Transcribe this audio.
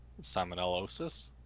salmonellosis